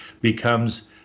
becomes